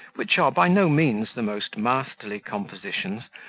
which are by no means the most masterly compositions,